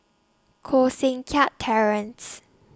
Koh Seng Kiat Terence